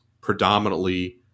predominantly